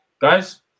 guys